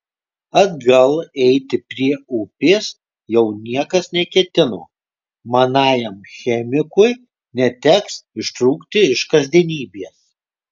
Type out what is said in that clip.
atgal eiti prie upės jau niekas neketino manajam chemikui neteks ištrūkti iš kasdienybės